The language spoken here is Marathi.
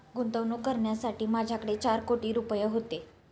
गुंतवणूक करण्यासाठी माझ्याकडे चार कोटी रुपये होते